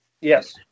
Yes